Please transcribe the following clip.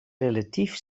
relatief